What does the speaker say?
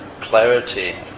clarity